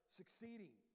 succeeding